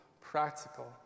practical